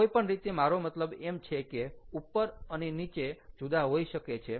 કોઈપણ રીતે મારો મતલબ એમ છે કે ઉપર અને નીચે જુદા હોઈ શકે છે